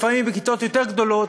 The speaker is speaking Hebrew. או לפעמים בכיתות יותר גבוהות,